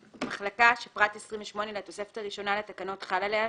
"מחלקה" שפרט 28 לתוספת הראשונה לתקנות חל עליה,